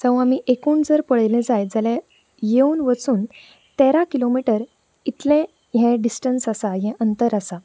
जावं आमी एकूण जर पळयलें जायत जाल्यार येवन वचून तेरा किलोमिटर इतलें हें डिस्टन्स आसा हें अंतर आसा